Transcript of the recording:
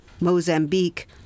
Mozambique